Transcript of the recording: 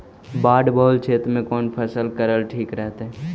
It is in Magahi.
बाढ़ बहुल क्षेत्र में कौन फसल करल ठीक रहतइ?